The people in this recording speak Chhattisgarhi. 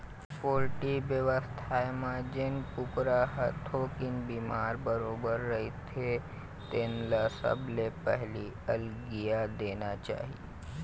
पोल्टी बेवसाय म जेन कुकरा ह थोकिन बिमार बरोबर रहिथे तेन ल सबले पहिली अलगिया देना चाही